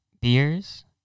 beers